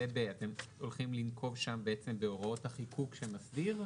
אתם הולכים לנקוב שם בהוראות החיקוק שמסדיר?